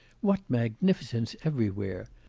what magnificence everywhere!